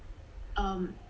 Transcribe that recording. um